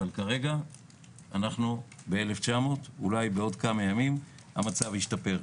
כרגע אנחנו ב-1900 ואולי בעוד כמה ימים המצב ישתפר.